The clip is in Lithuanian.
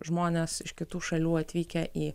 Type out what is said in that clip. žmonės iš kitų šalių atvykę į